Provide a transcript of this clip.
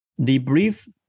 Debrief